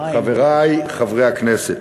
חברי חברי הכנסת,